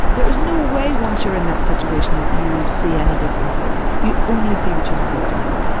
there is no way once you're in that situation that you see any differences, you only see what you have in common,